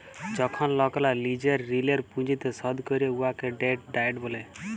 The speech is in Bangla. যখল লকেরা লিজের ঋলের পুঁজিকে শধ ক্যরে উয়াকে ডেট ডায়েট ব্যলে